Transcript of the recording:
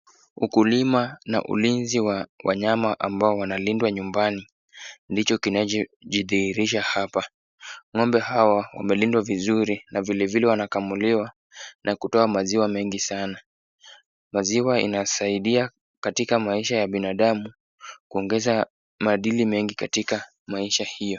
Ukulima na ulinzi wa wanyama ambao wanalindwa nyumbani ndicho kinacho jidhihirisha hapa. Ng'ombe hawa wamelindwa vizuri na vile vile wanakamuliwa na kutoa maziwa mengi sana. Maziwa ianasaidia katika maisha ya binadamu kuongeza madili mengi katika maisha hiyo.